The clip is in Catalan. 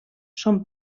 són